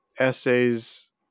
essays